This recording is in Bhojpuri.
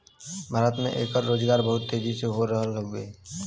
भारत में एकर रोजगार बहुत तेजी हो रहल हउवे